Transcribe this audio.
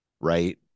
right